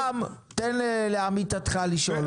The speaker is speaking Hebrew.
רם, תן לעמיתתך לשאול שאלה.